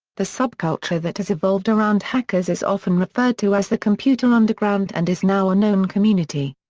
the subculture that has evolved around hackers is often referred to as the computer underground and is now a known community.